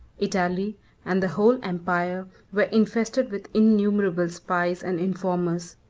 italy and the whole empire were infested with innumerable spies and informers.